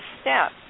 step